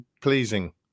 pleasing